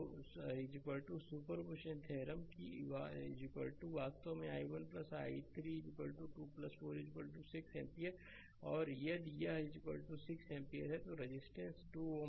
slide समय देखें 1920 तो सुपरपोजिशन थ्योरम कि वास्तव में i1 i3 2 4 6 एम्पीयर और यदि यह 6 एम्पीयर है तो रेजिस्टेंस 2 Ω था